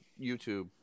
YouTube